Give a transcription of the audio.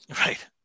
Right